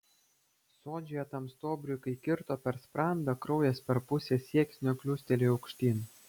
sodžiuje tam stuobriui kai kirto per sprandą kraujas per pusę sieksnio kliūstelėjo aukštyn